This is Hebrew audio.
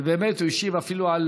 באמת, הוא השיב אפילו על